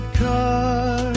car